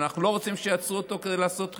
ואנחנו לא רוצים שיעצרו אותו כדי לעשות חיפוש.